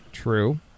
True